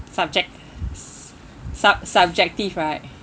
subject s~ sub~ subjective right